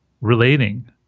relating